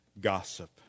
gossip